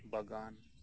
ᱵᱟᱜᱟᱱ